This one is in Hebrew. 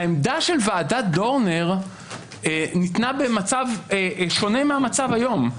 העמדה של ועדת דורנר ניתנה במצב שונה מהמצב היום.